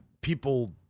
people